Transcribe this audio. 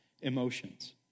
emotions